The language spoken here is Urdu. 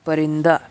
پرندہ